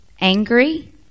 angry